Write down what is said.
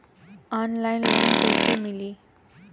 Online loan कइसे मिली?